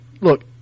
Look